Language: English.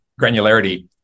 granularity